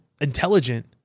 intelligent